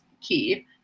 key